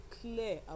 clear